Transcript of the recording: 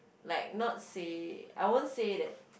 like not say I won't say that